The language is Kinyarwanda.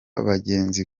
bageze